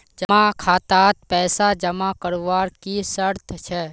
जमा खातात पैसा जमा करवार की शर्त छे?